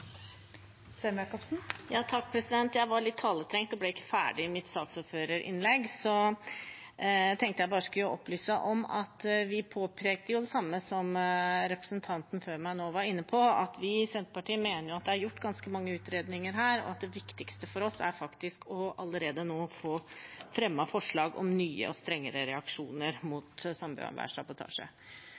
Jeg var litt taletrengt og ble ikke ferdig i mitt saksordførerinnlegg. Jeg tenkte jeg bare skulle opplyse om at vi påpeker det samme som representanten før meg var inne på, at vi i Senterpartiet mener det er gjort ganske mange utredninger her, og at det viktigste for oss faktisk er allerede nå å få fremmet forslag om nye og strengere reaksjoner mot